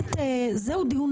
הדיון